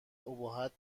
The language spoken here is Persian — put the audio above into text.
ابهت